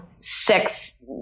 sex